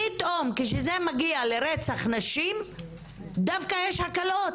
פתאום כשזה מגיע לרצח נשים דווקא יש הקלות,